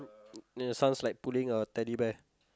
then the son's like pulling a Teddy Bear